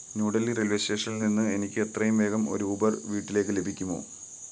new Delhi railway സ്റ്റേഷനിൽ നിന്ന് എനിക്ക് എത്രയും വേഗം ഒരു ഊബർ വീട്ടിലേക്ക് ലഭിക്കുമോ